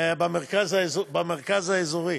במרכז האזורי,